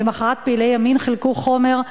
ולמחרת פעילי ימין חילקו חומר,